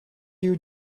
you